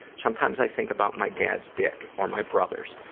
sometimes i think about my dad's dick or my brother's.